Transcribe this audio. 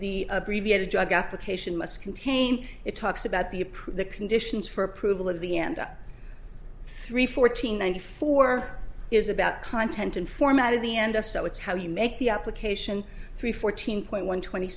the abbreviated drug application must contain it talks about the approve the conditions for approval of the ndaa three fourteen ninety four is about content and formatted the end of so it's how you make the application three fourteen point one twenty